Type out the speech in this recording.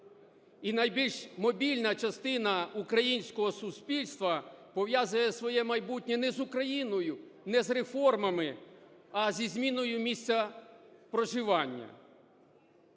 І найбільш мобільна частина українського суспільства пов'язує своє майбутнє не з Україною, не з реформами, а зі зміною місця проживання.